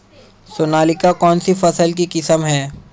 सोनालिका कौनसी फसल की किस्म है?